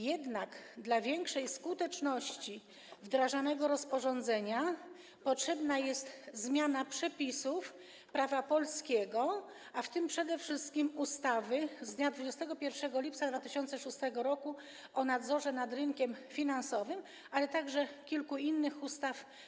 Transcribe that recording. Jednak dla większej skuteczności wdrażanego rozporządzenia potrzebna jest zmiana przepisów prawa polskiego, a w tym przede wszystkim ustawy z dnia 21 lipca 2006 r. o nadzorze nad rynkiem finansowym, ale także kilku innych ustaw: